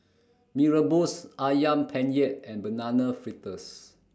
Mee Rebus Ayam Penyet and Banana Fritters